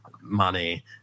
money